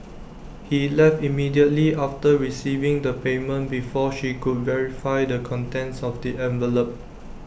he left immediately after receiving the payment before she could verify the contents of the envelope